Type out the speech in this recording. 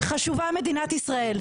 חשובה מדינת ישראל.